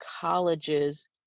colleges